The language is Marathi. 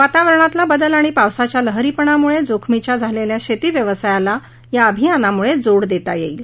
वातावरणातला बदल आणि पावसाच्या लहरीपणामुळे जोखमीच्या झालेल्या शेती व्यवसायाला या अभियानामुळे जोड देता येईल